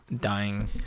dying